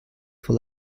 for